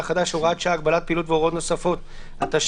(הגבלת פעילות והוראות נוספות) (תיקון מס' 10),